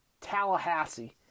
Tallahassee